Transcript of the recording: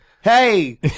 Hey